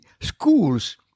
schools